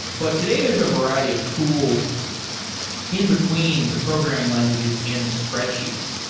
but today there's a variety of tools in between the programming languages and the spreadsheets.